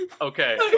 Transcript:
Okay